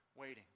waiting